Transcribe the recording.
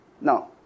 Now